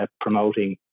promoting